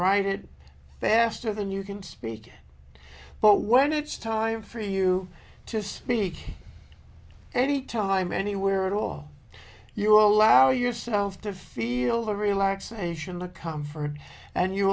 write it faster than you can speak but when it's time for you to speak any time anywhere at all you allow yourself to feel the relaxation look comfort and you